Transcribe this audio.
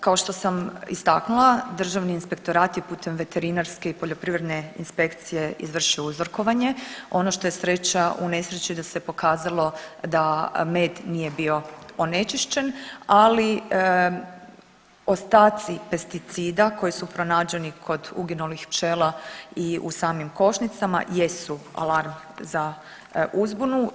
Kao što sam istaknula Državni inspektorat je putem Veterinarske i Poljoprivredne inspekcije izvršio uzrokovanje, ono što je sreća u nesreći da se pokazalo da med nije bio onečišćen, ali ostaci pesticida koji su pronađeni kod uginulih pčela i u samim košnicama jesu alarm za uzbunu.